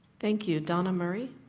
thank you. donna murray,